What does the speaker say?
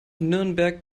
nürnberg